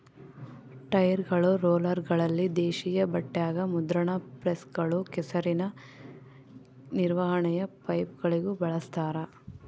ಟೈರ್ಗಳು ರೋಲರ್ಗಳಲ್ಲಿ ದೇಶೀಯ ಬಟ್ಟೆಗ ಮುದ್ರಣ ಪ್ರೆಸ್ಗಳು ಕೆಸರಿನ ನಿರ್ವಹಣೆಯ ಪೈಪ್ಗಳಿಗೂ ಬಳಸ್ತಾರ